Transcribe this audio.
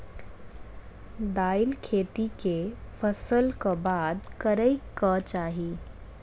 दालि खेती केँ फसल कऽ बाद करै कऽ चाहि?